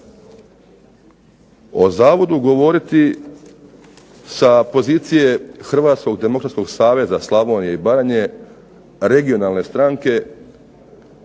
O Zavodu govoriti sa pozicije Hrvatskog demokratskog saveza Slavonije i Baranje regionalne stranke